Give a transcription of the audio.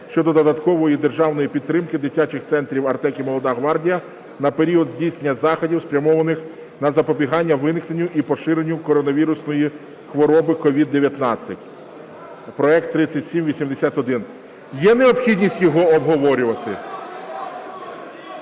щодо додаткової державної підтримки дитячих центрів "Артек" і "Молода гвардія" на період здійснення заходів, спрямованих на запобігання виникненню і поширенню коронавірусної хвороби (COVID-19). Проект 3781. Є необхідність його обговорювати?